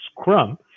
scrum